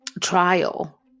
trial